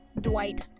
Dwight